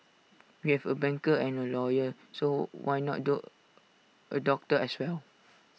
we have A banker and A lawyer so why not dot A doctor as well